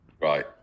Right